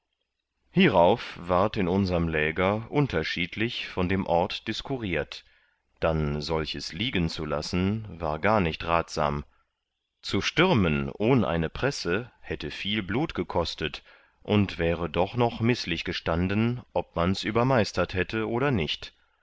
hierauf ward in unserm läger unterschiedlich von dem ort diskuriert dann solches liegen zu lassen war gar nicht ratsam zu stürmen ohn eine presse hätte viel blut gekostet und wäre doch noch mißlich gestanden ob mans übermeistert hätte oder nicht